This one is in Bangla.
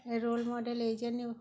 রোল মাডেল এই জন্য